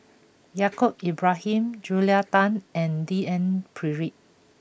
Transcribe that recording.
Yaacob Ibrahim Julia Tan and D N Pritt